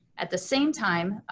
at the same time,